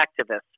activists